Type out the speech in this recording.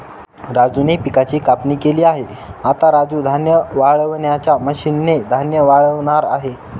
राजूने पिकाची कापणी केली आहे, आता राजू धान्य वाळवणाच्या मशीन ने धान्य वाळवणार आहे